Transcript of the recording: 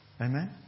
Amen